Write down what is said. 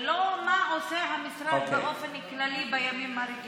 ולא מה עושה המשרד באופן כללי בימים הרגילים.